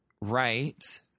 Right